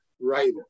writer